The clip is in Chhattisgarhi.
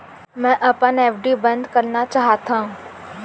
मै अपन एफ.डी बंद करना चाहात हव